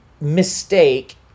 mistake